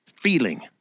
Feeling